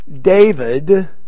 David